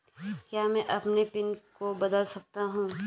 क्या मैं अपने पिन को बदल सकता हूँ?